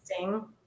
interesting